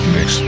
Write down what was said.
Mix